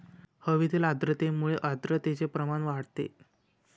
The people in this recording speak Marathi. हवेतील आर्द्रतेमुळे आर्द्रतेचे प्रमाण वाढते